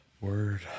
Word